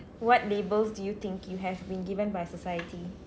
what labels do you think you have been given by society